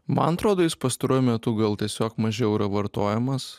man atrodo jis pastaruoju metu gal tiesiog mažiau yra vartojamas